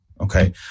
Okay